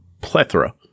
plethora